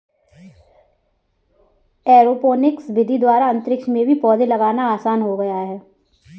aeroponics विधि द्वारा अंतरिक्ष में भी पौधे लगाना आसान हो गया है